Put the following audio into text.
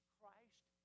Christ